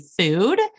food